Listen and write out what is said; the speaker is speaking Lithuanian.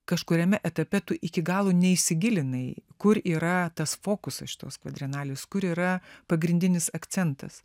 kažkuriame etape tu iki galo neįsigilinai kur yra tas fokusas šitos kvadrenalės kur yra pagrindinis akcentas